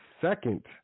second